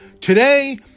Today